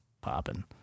popping